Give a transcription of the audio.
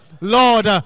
Lord